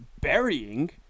burying